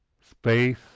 space